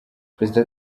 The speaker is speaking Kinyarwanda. perezida